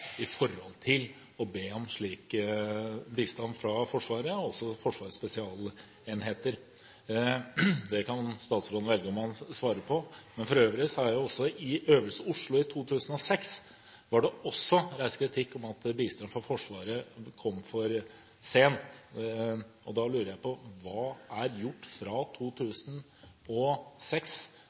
i forhold til å be om slik bistand fra Forsvaret, altså fra Forsvarets spesialenheter. Det kan statsråden velge om han vil svare på. I Øvelse Oslo 2006 ble det for øvrig også reist kritikk om at bistand fra Forsvaret kom for sent. Da lurer jeg på hva som er gjort fra 2006